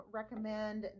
recommend